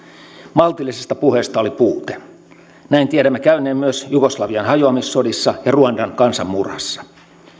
maltillisesta puheesta oli puute näin tiedämme käyneen myös jugoslavian hajoamissodissa ja ruandan kansanmurhassa